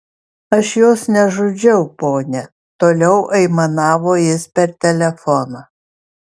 aš jos nežudžiau ponia toliau aimanavo jis per telefoną